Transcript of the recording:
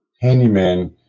handyman